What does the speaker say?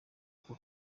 ako